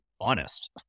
honest